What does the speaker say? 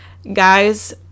Guys